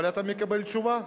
אבל אתה מקבל תשובה: